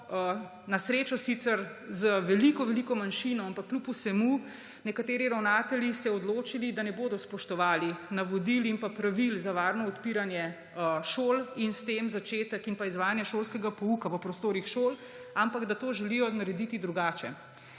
na srečo sicer z veliko veliko manjšino, ampak kljub vsemu nekateri ravnatelji odločili, da ne bodo spoštovali navodil in pravil za varno odpiranje šol in s tem začetek in izvajanje šolskega pouka v prostorih šol, ampak da to želijo narediti drugače.